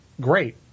great